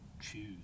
choose